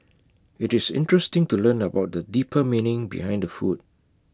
IT is interesting to learn about the deeper meaning behind the food